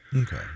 Okay